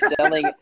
selling